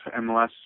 MLS